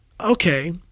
Okay